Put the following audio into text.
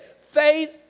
Faith